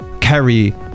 carry